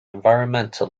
environmental